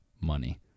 money